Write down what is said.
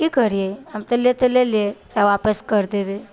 आब की करिए हम तऽ लऽ तऽ लेलिए आब वापस करि देबै